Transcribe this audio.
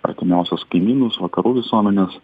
artimiausius kaimynus vakarų visuomenes